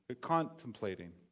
contemplating